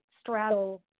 straddle